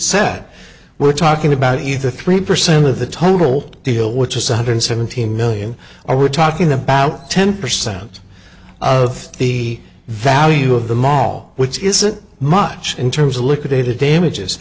said we're talking about either three percent of the total deal which is one hundred seventeen million are we're talking about ten percent of the value of the mall which isn't much in terms of liquidated damages